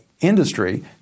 industry